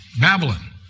Babylon